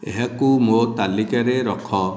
ଏହାକୁ ମୋ ତାଲିକାରେ ରଖ